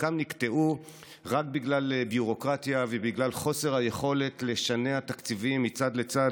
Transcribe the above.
חלקם נקטעו רק בגלל ביורוקרטיה ובגלל חוסר היכולת לשנע תקציבים מצד לצד.